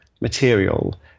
material